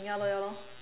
ya lor ya lor